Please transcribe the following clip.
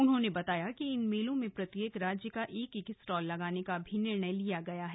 उन्होंने बताया कि इन मेलों में प्रत्येक राज्य का एक एक स्टॉल लगाने का भी निर्णय लिया गया है